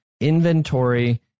inventory